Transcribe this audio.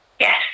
Yes